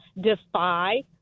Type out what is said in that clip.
defy